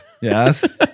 yes